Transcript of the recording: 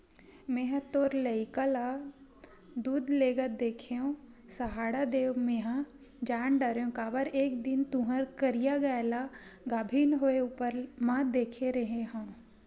मेंहा तोर लइका ल दूद लेगत देखेव सहाड़ा देव मेंहा जान डरेव काबर एक दिन तुँहर करिया गाय ल गाभिन होय ऊपर म देखे रेहे हँव